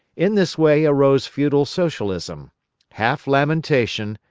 in this way arose feudal socialism half lamentation,